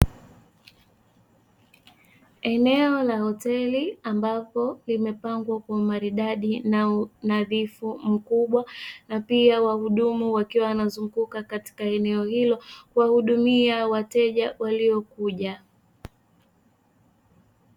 Eneo la hotel ambapo limepangwa kwa umaridadi na unadhifu mkubwa na pia wahudumu, wakiwa wanazunguka katika eneo hilo kuwahudumia wateja waliokuja.